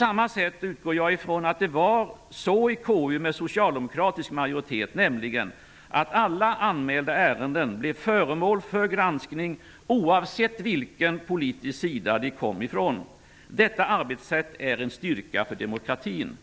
Jag utgår från att det var på samma sätt i KU med socialdemokratisk majoritet, nämligen att alla anmälda ärenden blev föremål för granskning oavsett från vilken politisk sida de kom. Detta arbetssätt är en styrka för demokratin.